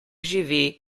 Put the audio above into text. živi